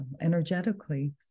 energetically